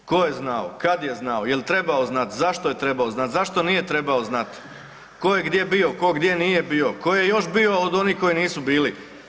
Tko je znao, kad je znao, jel trebao znati, zašto je trebao znati, zašto nije trebo znati, tko je gdje bio, tko gdje nije bio, koje još bio još bio od onih koji nisu bili?